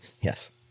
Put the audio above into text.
yes